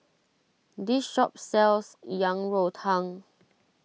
this shop sells Yang Rou Tang